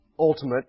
ultimate